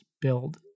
build